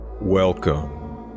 Welcome